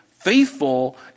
faithful